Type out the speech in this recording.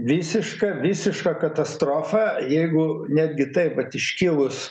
visiška visiška katastrofa jeigu netgi taip vat iškilus